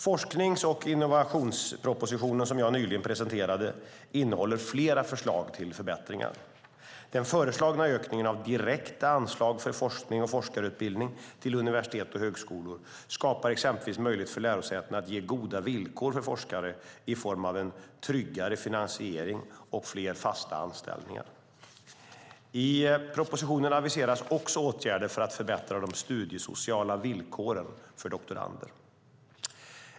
Forsknings och innovationspropositionen som jag nyligen presenterade innehåller flera förslag till förbättringar. Den föreslagna ökningen av direkta anslag för forskning och forskarutbildning till universitet och högskolor skapar exempelvis möjlighet för lärosätena att ge goda villkor för forskare i form av en tryggare finansiering och fler fasta anställningar. I propositionen aviseras också åtgärder för att förbättra de studiesociala villkoren för doktorander.